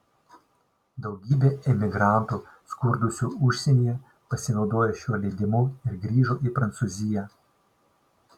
daugybė emigrantų skurdusių užsienyje pasinaudojo šiuo leidimu ir grįžo į prancūziją